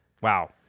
Wow